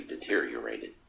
deteriorated